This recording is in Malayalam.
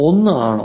1 ആണോ